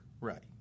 Right